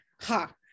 Ha